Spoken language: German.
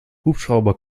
hubschrauber